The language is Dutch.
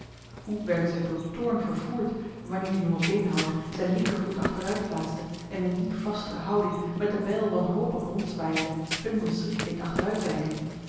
hoe werden zij door toorn vervoerd wanneer de jonge beenhouwer zijn linkervoet achteruit plaatste en in die vastere houding met de bijl wanhopig rondzwaaiende hun van schrik deed achteruit wijken